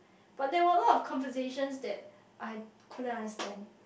but there were lot of conversations that I couldn't understand